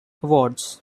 awards